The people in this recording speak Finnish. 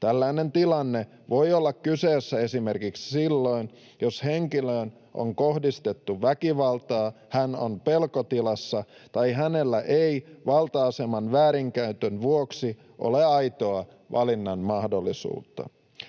Tällainen tilanne voi olla kyseessä esimerkiksi silloin, jos henkilöön on kohdistettu väkivaltaa, hän on pelkotilassa tai hänellä ei valta-aseman väärinkäytön vuoksi ole aitoa valinnanmahdollisuutta.